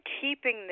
keeping